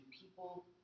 people